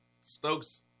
Stokes